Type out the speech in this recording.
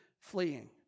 fleeing